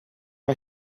una